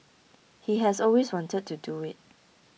he has always wanted to do it